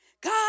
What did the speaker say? God